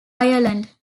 ireland